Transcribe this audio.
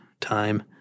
time